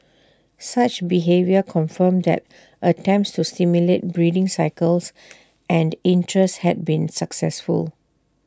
such behaviour confirmed that attempts to stimulate breeding cycles and interest had been successful